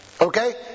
Okay